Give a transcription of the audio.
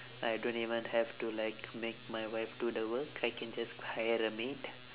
I don't even have to like make my wife do the work I can just hire a maid